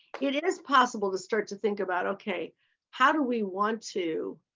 it it is possible to start to think about okay how do we want to